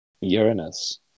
Uranus